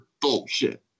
bullshit